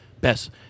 Best